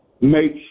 make